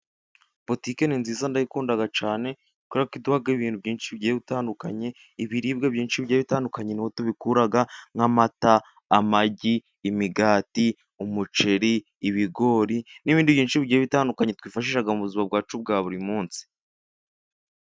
Butike ni nziza ndayikunda cyane kubera ko iduha ibintu bigiye bitandukanye, ibiribwa byinshi bitandukanye ni ho tubikura nk'amata, amagi, imigati, umuceri, ibigori n'ibindi byinshi bigiye bitandukanye twifashisha, mu buzima bwacu bwa buri munsi.